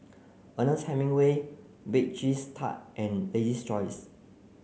Ernest Hemingway Bake Cheese Tart and Lady's Choice